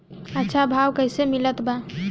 अच्छा भाव कैसे मिलत बा?